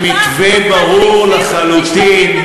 עם מתווה ברור לחלוטין.